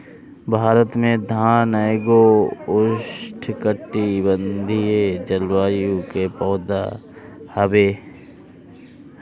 भारत में धान एगो उष्णकटिबंधीय जलवायु के पौधा हवे